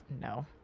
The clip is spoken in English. no